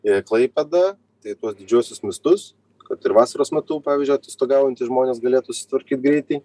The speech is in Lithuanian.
ir klaipėdą tai tuos didžiuosius miestus kad ir vasaros metu pavyzdžiui atostogaujantys žmonės galėtų sutvarkyt greitai